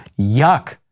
Yuck